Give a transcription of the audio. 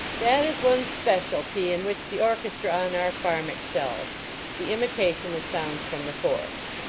that is one specialty in which the orches tra on our farm excels the imitation of sounds from the forest.